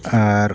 ᱟᱨ